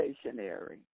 stationary